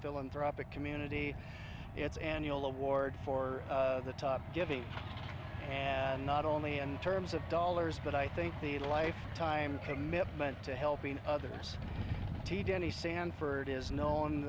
philanthropic community its annual award for the top giving and not only in terms of dollars but i think the lifetime commitment to helping others teach any sanford is known